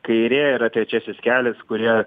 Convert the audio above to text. kairė yra trečiasis kelias kurie